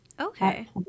Okay